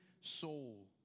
soul